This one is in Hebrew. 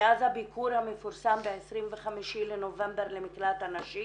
מאז הביקור המפורסם ב-25 בנובמבר במקלט הנשים